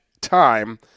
time